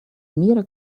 мира